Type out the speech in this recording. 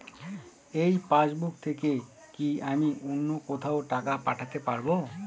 এই পাসবুক থেকে কি আমি অন্য কোথাও টাকা পাঠাতে পারব?